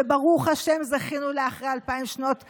שברוך השם זכינו לה אחרי אלפיים שנות גלות,